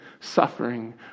suffering